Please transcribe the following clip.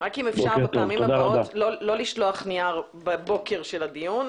אפשר בפעמים הבאות לא לשלוח נייר בבוקר של הדיון,